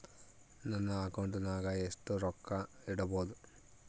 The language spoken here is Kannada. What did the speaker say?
ನನ್ನ ಅಕೌಂಟಿನಾಗ ಎಷ್ಟು ರೊಕ್ಕ ಇಡಬಹುದು?